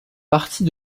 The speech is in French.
partie